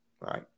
right